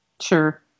Sure